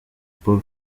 paul